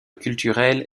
culturel